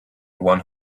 one